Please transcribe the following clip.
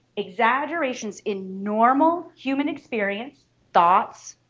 exaggerations in normal human experience thoughts,